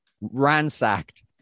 ransacked